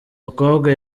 mukobwa